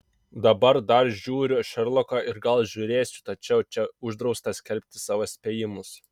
dabar dar žiūriu šerloką ir gal žiūrėsiu tačiau čia uždrausta skelbti savo spėjimus